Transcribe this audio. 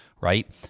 right